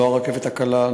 לא הרכבת הקלה,